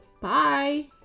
Bye